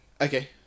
Okay